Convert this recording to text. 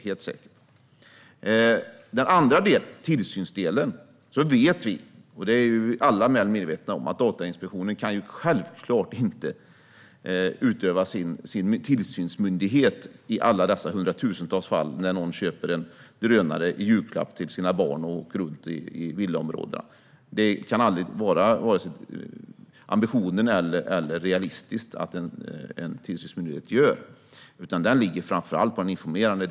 Kameraövervaknings-lagen och möjlighet rna att använda drönare Det andra uppdraget är tillsynsdelen. Självfallet kan inte Datainspektionen utöva tillsyn i alla de tusentals fall där någon köper en drönare i julklapp till sina barn som sedan flyger runt med den i villaområdet. Det är varken en ambition eller realistiskt att en tillståndsmyndighet gör detta, utan här ligger tyngden på information.